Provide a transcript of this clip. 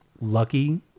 lucky